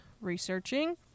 researching